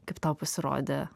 kaip tau pasirodė